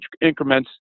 increments